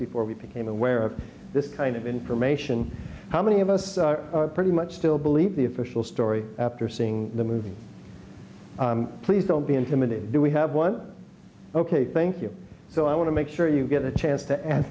before we became aware of this kind of information how many of us pretty much still believe the official story after seeing the movie please don't be intimidated do we have one ok thank you so i want to make sure you get a chance to a